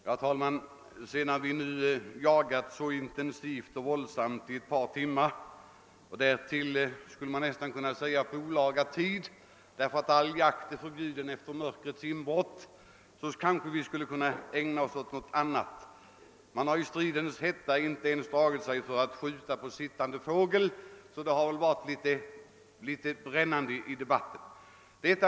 Herr talman! Sedan vi nu jagat så intensivt och våldsamt i ett par timmar och därtill på olaga tid därför att all jakt är förbjuden efter mörkrets inbrott, kanske vi skuile kunna ägna oss åt något annat. Man har i stridens hetta inte ens dragit sig för att skjuta på sittande fågel, så det har varit litet brännande i debatten.